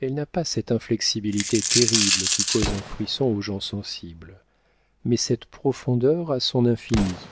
elle n'a pas cette inflexibilité terrible qui cause un frisson aux gens sensibles mais cette profondeur a son infini